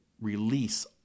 release